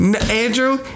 Andrew